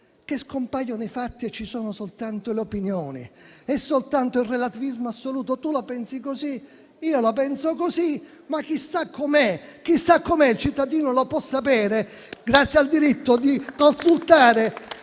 che scompariranno i fatti e ci saranno soltanto le opinioni e soltanto il relativismo assoluto. Tu la pensi così, io la penso così, ma chissà com'è, il cittadino lo può sapere grazie al diritto di consultare